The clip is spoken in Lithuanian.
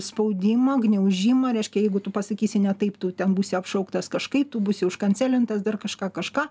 spaudimą gniaužimą reiškia jeigu tu pasakysi ne taip tu ten būsi apšauktas kažkaip tu būsi užkanselintas dar kažką kažką